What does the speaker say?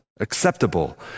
acceptable